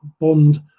bond